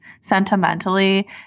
sentimentally